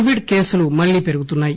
Covid కేసులు మల్లీ పెరుగుతున్నాయి